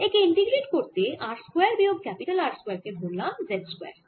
একে ইন্টিগ্রেট করতে r square বিয়োগ R স্কয়ার কে ধরলাম z স্কয়ার